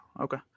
Okay